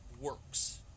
works